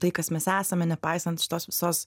tai kas mes esame nepaisant šitos visos